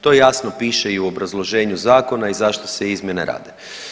To jasno piše i u obrazloženju zakona i zašto se izmjene rade.